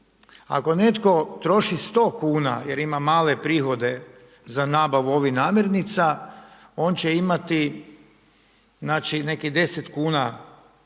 ako netko troši 100 kuna jer ima male prihode za nabavu ovih namirnica, on će imati znači nekih 10 kuna